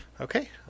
Okay